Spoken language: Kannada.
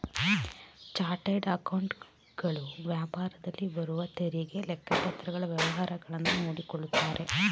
ಚಾರ್ಟರ್ಡ್ ಅಕೌಂಟೆಂಟ್ ಗಳು ವ್ಯಾಪಾರದಲ್ಲಿ ಬರುವ ತೆರಿಗೆ, ಲೆಕ್ಕಪತ್ರಗಳ ವ್ಯವಹಾರಗಳನ್ನು ನೋಡಿಕೊಳ್ಳುತ್ತಾರೆ